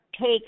take